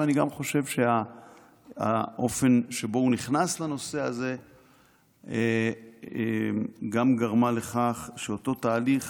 ואני גם חושב שבאופן שבו הוא נכנס לנושא הזה גם גרם לכך שאותו תהליך